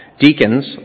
Deacons